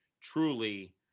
truly